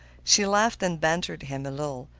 she laughed and bantered him a little,